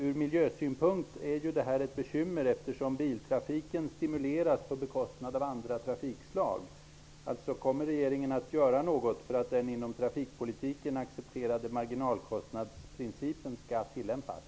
Ur miljösynpunkt är det här ett bekymmer, eftersom biltrafiken stimuleras på bekostnad av andra trafikslag.